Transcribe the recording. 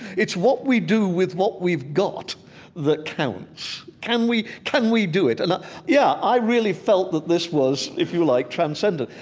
it's what we do with what we've got that counts. can we can we do it? and yeah, i really felt that this was if you like transcendent.